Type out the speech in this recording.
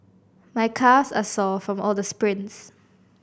my calves are sore from all the sprints